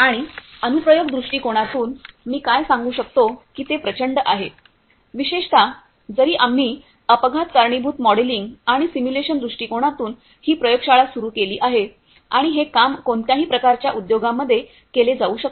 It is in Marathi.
आणि अनु प्रयोग दृष्टिकोनातून मी काय सांगू शकतो की ते प्रचंड आहे विशेषत जरी आम्ही अपघात कारणीभूत मॉडेलिंग आणि सिम्युलेशन दृष्टिकोनातून ही प्रयोगशाळा सुरू केली आहे आणि हे काम कोणत्याही प्रकारच्या उद्योगांमध्ये केले जाऊ शकते